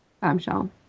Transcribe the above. Bombshell